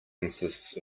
consists